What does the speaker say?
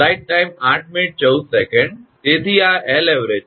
તેથી આ 𝐿𝑎𝑣𝑔 છે